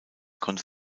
konnte